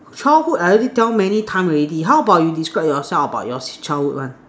childhood I already tell many times already how about you describe yourself about your childhood one